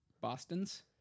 Bostons